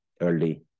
early